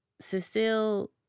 Cecile